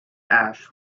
ash